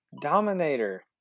dominator